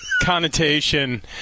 connotation